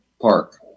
Park